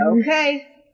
Okay